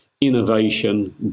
Innovation